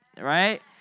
Right